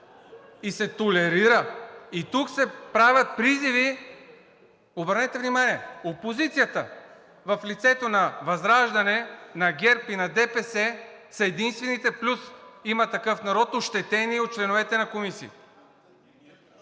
и се толерира. И тук се правят призиви, обърнете внимание – опозицията, в лицето на ВЪЗРАЖДАНЕ, на ГЕРБ и на ДПС са единствените, плюс „Има такъв народ“, ощетени от членовете на комисии.